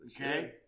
Okay